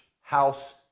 house